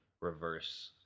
reverse